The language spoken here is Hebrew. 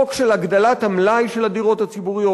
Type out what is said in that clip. חוק של הגדלת המלאי של הדירות הציבוריות.